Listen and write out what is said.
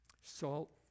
salt